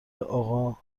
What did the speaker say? اقا